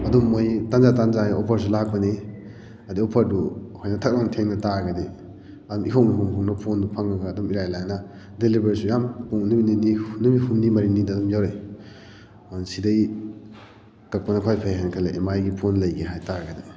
ꯑꯗꯨꯝ ꯃꯣꯏ ꯇꯥꯟꯖꯥ ꯆꯥꯅ ꯆꯥꯅ ꯑꯣꯐꯔꯁꯨ ꯂꯥꯛꯄꯅꯤ ꯑꯗꯣ ꯄꯣꯠꯇꯨ ꯑꯩꯈꯣꯏꯅ ꯊꯛ ꯂꯥꯎꯅ ꯊꯦꯡꯅ ꯇꯥꯔꯒꯗꯤ ꯑꯗꯨꯝ ꯏꯍꯣꯡ ꯍꯣꯡ ꯍꯣꯡꯅꯕ ꯐꯣꯟꯗꯨ ꯐꯪꯕ ꯑꯗꯨꯝ ꯏꯔꯥꯏ ꯂꯥꯏꯅ ꯗꯤꯂꯤꯕꯔꯁꯨ ꯌꯥꯝ ꯄꯨꯡ ꯅꯨꯃꯤꯠ ꯅꯤꯅꯤ ꯅꯨꯃꯤꯠ ꯍꯨꯝꯅꯤ ꯃꯔꯤꯅꯤꯗ ꯑꯗꯨꯝ ꯌꯧꯔꯛꯑꯦ ꯑꯗꯨ ꯁꯤꯗꯩ ꯀꯛꯄꯅ ꯈ꯭ꯋꯥꯏ ꯐꯩ ꯍꯥꯏꯅ ꯈꯜꯂꯦ ꯑꯦꯝ ꯑꯥꯏꯒꯤ ꯐꯣꯟ ꯂꯩꯒꯦ ꯍꯥꯏꯇꯥꯔꯒꯗꯤ